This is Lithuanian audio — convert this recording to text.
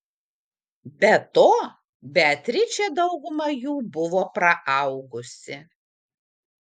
be to beatričė daugumą jų buvo praaugusi